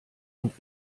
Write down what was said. und